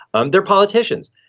um they're politicians.